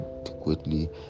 adequately